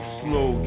slow